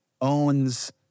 owns